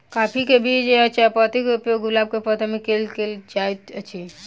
काफी केँ बीज आ चायपत्ती केँ उपयोग गुलाब केँ पौधा मे केल केल जाइत अछि?